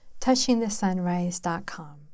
touchingthesunrise.com